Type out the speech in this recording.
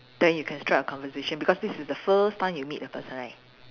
then you can strike a conversation because this is the first time you meet the person right